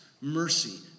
mercy